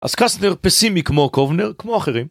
אז קסטנר פסימי כמו קובנר, כמו אחרים.